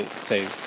Say